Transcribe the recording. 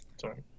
Sorry